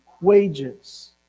wages